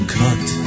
cut